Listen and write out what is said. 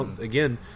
Again